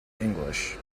english